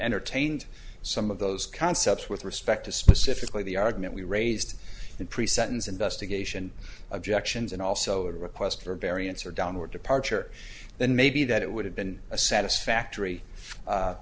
entertained some of those concepts with respect to specifically the argument we raised in pre sentence investigation objections and also a request for a variance or downward departure then maybe that it would have been a satisfactory